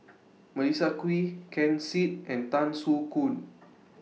Melissa Kwee Ken Seet and Tan Soo Khoon